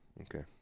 Okay